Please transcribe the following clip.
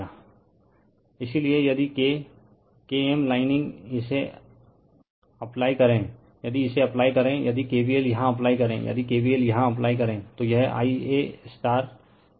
refer slide time 2425 इसीलिए यदि K KM लाइनिंग इसे अप्लाई करे यदि इसे अप्लाई करे यदि KVL यहाँ अप्लाई करे यदि KVL यहाँ अप्लाई करे तो यह IaZy होगा